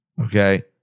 Okay